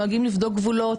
נוהגים לבדוק גבולות,